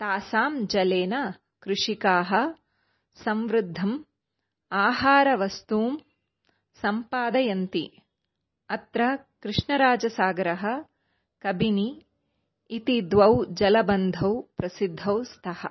तासां जलेन कृषिकाः संवृद्धं आहारवस्तून् सम्पादयन्ति अत्र कृष्णराजसागरः कबिनि इति द्वौ जलबन्धौ प्रसिद्धौ स्तः